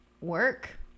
work